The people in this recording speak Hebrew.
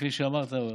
כפי שאמרת,